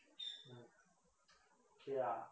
mm okay ah